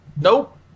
Nope